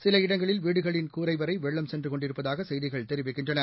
சில இடங்களில் வீடுகளின் கூரை வரை வெள்ளம் சென்றுகொண்டிருப்பதாகசெய்திகள் தெரிவிக்கின்றன